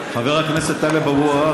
חבר הכנסת טלב אבו עראר,